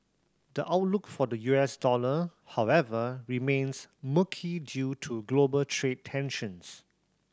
the outlook for the U S dollar however remains murky due to global trade tensions